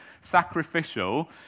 sacrificial